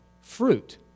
fruit